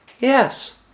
Yes